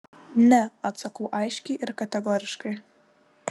ne atsakau aiškiai ir kategoriškai